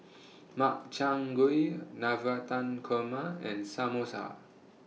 Makchang Gui Navratan Korma and Samosa